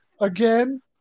again